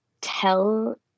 tell